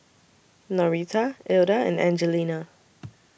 Norita Ilda and Angelina